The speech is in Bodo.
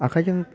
आखाइजों